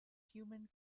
human